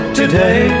today